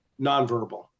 nonverbal